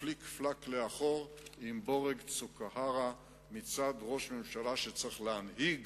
הפליק-פלאק לאחור עם בורג צוקהרה מצד ראש ממשלה שצריך להנהיג